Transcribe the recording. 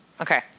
okay